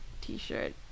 t-shirt